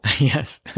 yes